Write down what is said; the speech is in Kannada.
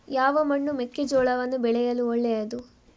ಯಾವ ಮಣ್ಣು ಮೆಕ್ಕೆಜೋಳವನ್ನು ಬೆಳೆಯಲು ಒಳ್ಳೆಯದು?